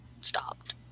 stopped